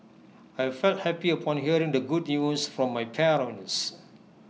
I felt happy upon hearing the good news from my parents